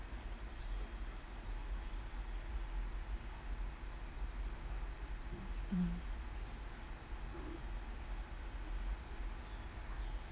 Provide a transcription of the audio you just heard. mm